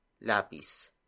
LAPIS